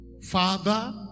Father